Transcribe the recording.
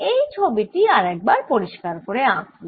এই ছবি টি আরেকবার পরিষ্কার করে আঁকি